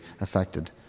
affected